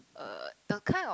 uh the kind of